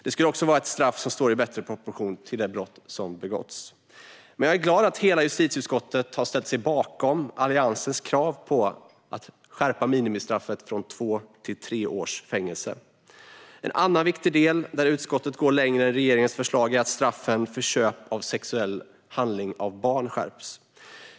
Då skulle också straffen stå i bättre proportion till de brott som begåtts. Men jag är glad att hela justitieutskottet har ställt sig bakom Alliansens krav att skärpa minimistraffet från två till tre års fängelse. En annan viktig del där utskottet går längre än regeringens förslag är att straffen för köp av sexuell handling av barn skärps.